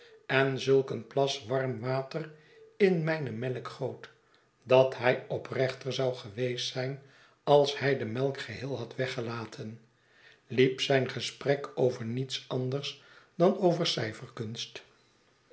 en zulk een plas warm water in mijne melk goot dat hij oprechter zou geweest zijn als hij de melk geheel had weggelaten liep zijn gesprek over niets anders dan over